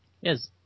Yes